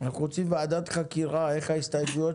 אנחנו רוצים ועדת חקירה לבדוק איך ההסתייגויות